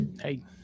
Hey